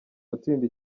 gutsinda